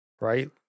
right